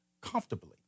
comfortably